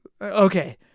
Okay